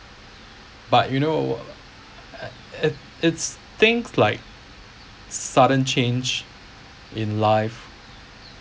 but you know it it's things like sudden change in life